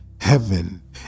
heaven